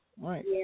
Right